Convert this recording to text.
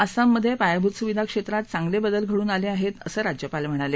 आसाममधे पायाभूत सुविधा क्षेत्रात चांगले बदल घडून आले आहेत असं राज्यपाल म्हणाले